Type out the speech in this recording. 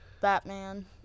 Batman